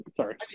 Sorry